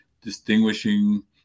distinguishing